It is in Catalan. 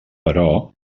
però